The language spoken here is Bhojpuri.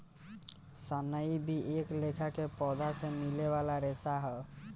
सनई भी एक लेखा के पौधा से मिले वाला रेशा ह